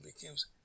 becomes